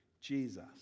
Jesus